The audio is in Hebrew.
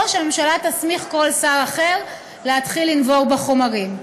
או שהממשלה תסמיך כל שר אחר להתחיל לנבור בחומרים.